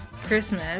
Christmas